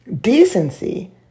decency